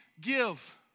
give